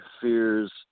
fears